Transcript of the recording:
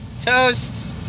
Toast